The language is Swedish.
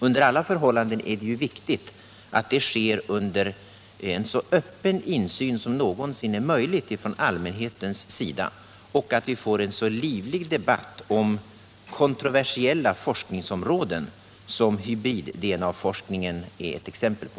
Under alla förhållanden är det viktigt att det sker under en så stor insyn som någonsin är möjlig från allmänhetens sida och att vi får en så livlig debatt som möjligt om kontroversiella forskningsområden, som hybrid-DNA-forskningen är ett exempel på.